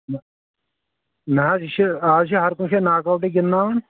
نَہ نَہ حظ یہِ چھُ آز چھِ ہر کُنہِ جایہِ ناکوٹٕے گِنٛدناوان